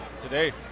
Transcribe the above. today